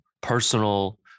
personal